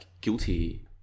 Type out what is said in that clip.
guilty